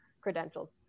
credentials